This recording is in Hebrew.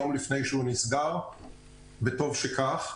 יום לפני שהוא נסגר וטוב שכך.